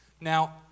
Now